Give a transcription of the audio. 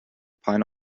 pine